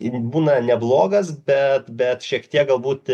būna neblogas bet bet šiek tiek galbūt